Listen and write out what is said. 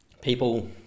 people